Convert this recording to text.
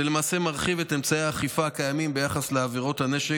זה למעשה מרחיב את אמצעי האכיפה הקיימים ביחס לעבירות הנשק,